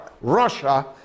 Russia